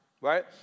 right